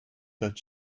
that